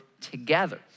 together